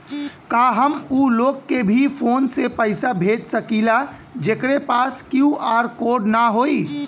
का हम ऊ लोग के भी फोन से पैसा भेज सकीला जेकरे पास क्यू.आर कोड न होई?